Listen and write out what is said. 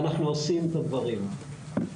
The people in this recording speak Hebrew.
ואנחנו עושים את הדברים האלה.